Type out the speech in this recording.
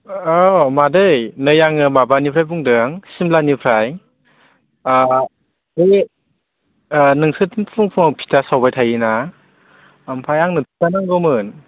औ मादै नै आङो माबानिफ्राय बुंदों सिमलानिफ्राय नोंसोरथ' फुं फुङाव फिथा सावबाय थायोना ओमफ्राय आंनो फिथा नांगौमोन